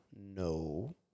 No